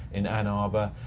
in ann arbor,